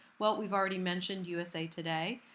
well, we've already mentioned usa today.